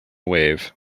wave